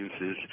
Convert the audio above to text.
uses